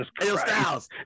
Styles